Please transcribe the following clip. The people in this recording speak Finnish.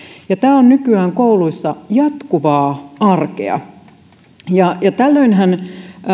ja tämä on nykyään kouluissa jatkuvaa arkea tällöinhän